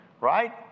right